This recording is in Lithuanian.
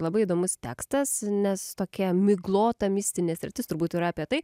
labai įdomus tekstas nes tokia miglota mistinė sritis turbūt yra apie tai